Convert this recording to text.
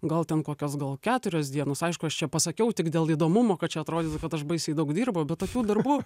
gal ten kokios gal keturios dienos aišku aš čia pasakiau tik dėl įdomumo kad čia atrodytų kad aš baisiai daug dirbau bet tokių darbų